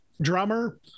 drummer